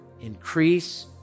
increase